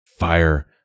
fire